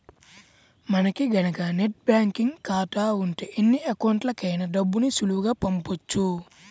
మనకి గనక net banking ఖాతా ఉంటే ఎన్ని అకౌంట్లకైనా డబ్బుని సులువుగా పంపొచ్చు